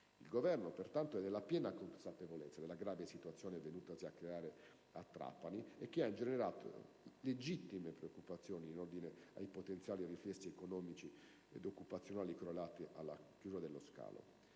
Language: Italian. Il Governo, pertanto, è nella piena consapevolezza della grave situazione venutasi a creare a Trapani, che ha ingenerato legittime preoccupazioni in ordine ai potenziali riflessi economici ed occupazionali correlati alla chiusura dello scalo